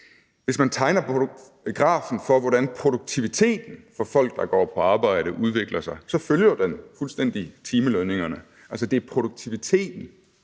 Hvis man tegner grafen for, hvordan produktiviteten for folk, der går på arbejde, udvikler sig, så følger den fuldstændig timelønningerne. Altså, det er produktiviteten